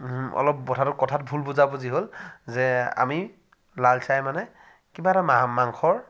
অলপ কথাটো কথাত ভুল বুজাবুজি হ'ল যে আমি লাল চাই মানে কিবা এটা মা মাংসৰ